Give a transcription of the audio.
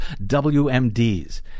WMDs